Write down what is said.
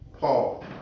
Paul